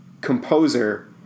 composer